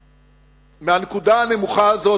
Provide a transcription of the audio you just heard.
מהנקודה הנמוכה הזאת,